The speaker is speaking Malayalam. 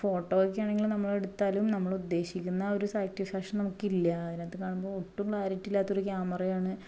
ഫോട്ടോ ഒക്കെ ആണെങ്കിലും നമ്മൾ എടുത്താലും നമ്മൾ ഉദ്ദേശിക്കുന്ന ഒരു സാറ്റിസ്ഫാക്ഷൻ നമുക്ക് ഇല്ല അതിനകത്ത് കാണുമ്പോൾ ഒട്ടും ക്ലാരിറ്റി ഇല്ലാത്ത ഒരു ക്യാമറയാണ്